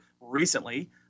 recently